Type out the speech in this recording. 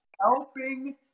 Helping